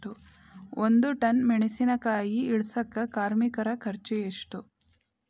ಒಂದ್ ಟನ್ ಮೆಣಿಸಿನಕಾಯಿ ಇಳಸಾಕ್ ಕಾರ್ಮಿಕರ ಖರ್ಚು ಎಷ್ಟು?